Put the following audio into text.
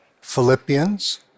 Philippians